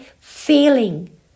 feeling